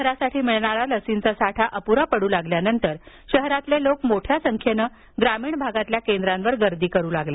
शहरासाठी मिळणारा लसींचा साठा अप्रा पड्र लागल्यानंतर शहरातील लोक मोठ्या संख्येनं ग्रामीण भागातील केंद्रावर गर्दी करू लागले